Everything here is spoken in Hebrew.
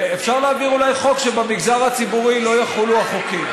אפשר להעביר אולי חוק שבמגזר הציבורי לא יחולו החוקים,